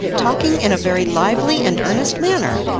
talking in a very lively and earnest manner.